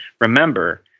remember